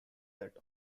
that